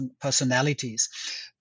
personalities